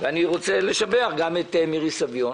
אני רוצה לשבח גם את מירי סביון